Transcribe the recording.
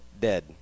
dead